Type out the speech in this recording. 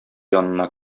янына